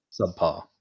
subpar